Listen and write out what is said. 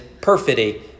perfidy